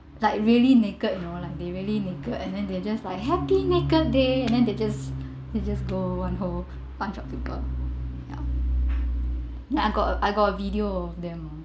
like really naked you know like they really naked and then they just like happy naked day and then they just they were just go one whole bunch of people ya mah I got a I got a video of them